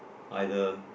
either